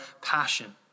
passion